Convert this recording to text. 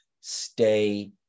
stay